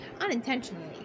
unintentionally